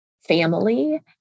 family